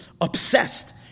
obsessed